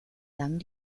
lang